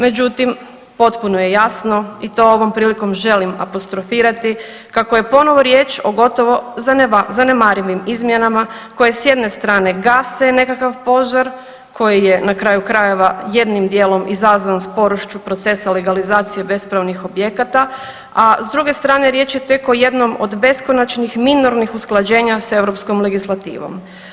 Međutim, potpuno je jasno i to ovom prilikom želim apostrofirati kako je ponovo riječ o gotovo zanemarivim izmjenama koje s jedne strane gase nekakav požar koji je na kraju krajeva jednim dijelom izazvan sporošću procesa legalizacije bespravnih objekata, a s druge strane riječ je tek o jednom od beskonačnih minornih usklađenje s europskom legislativom.